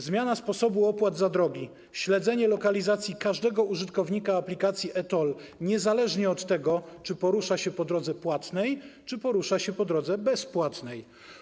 Zmiana sposobu opłat za drogi, śledzenie lokalizacji każdego użytkownika aplikacji e-TOLL, niezależnie od tego, czy porusza się po drodze płatnej, czy porusza się po drodze bezpłatnej.